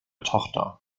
tochter